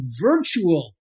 virtual